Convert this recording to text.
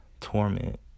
torment